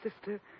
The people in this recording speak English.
sister